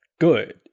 good